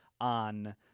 on